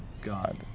God